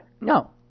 No